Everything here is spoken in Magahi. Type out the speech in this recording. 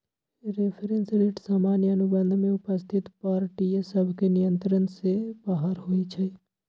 रेफरेंस रेट सामान्य अनुबंध में उपस्थित पार्टिय सभके नियंत्रण से बाहर होइ छइ